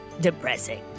depressing